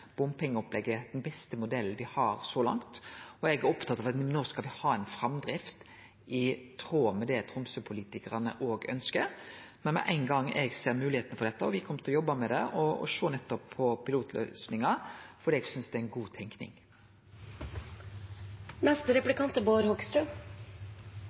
bompengeopplegget, den beste modellen me har. Eg er opptatt av at no skal me ha ei framdrift i tråd med det Tromsø-politikarane òg ønskjer. Men med ein gong eg ser moglegheitene for dette, kjem me til å jobbe med dette og sjå nettopp på pilotløysinga, for eg synest det er ei god